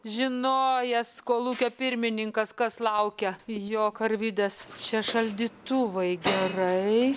žinojęs kolūkio pirmininkas kas laukia jo karvidės čia šaldytuvai gerai